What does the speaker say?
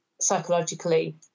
psychologically